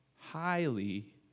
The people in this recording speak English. Highly